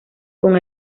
con